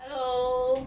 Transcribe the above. hello